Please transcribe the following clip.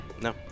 no